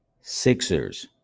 Sixers